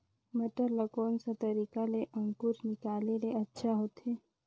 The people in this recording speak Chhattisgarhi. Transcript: मटर ला कोन सा तरीका ले अंकुर निकाले ले अच्छा होथे?